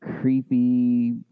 creepy